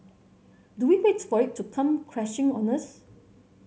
do we wait for it to come crashing on us